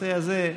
הנושא הזה,